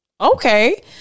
okay